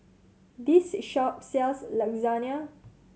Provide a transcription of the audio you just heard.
this shop sells Lasagne